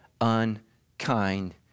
unkind